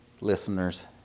listeners